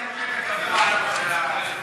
מתי המועד הקבוע,